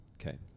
Okay